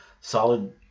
solid